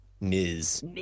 Ms